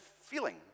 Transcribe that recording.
feeling